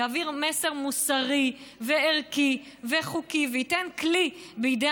יעביר מסר מוסרי וערכי וחוקי וייתן כלי בידי